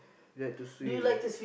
you like to swim